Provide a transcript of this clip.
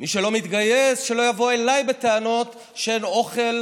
מי שלא מתגייס, שלא יבוא אליי בטענות שאין אוכל